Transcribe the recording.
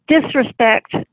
disrespect